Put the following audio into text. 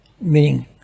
meaning